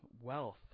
wealth